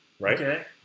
right